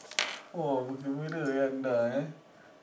!wah! bergembira eh anda eh